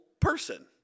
person